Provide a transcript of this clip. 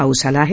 पाऊस झाला आहे